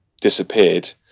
disappeared